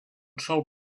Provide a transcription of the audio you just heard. sol